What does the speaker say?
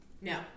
No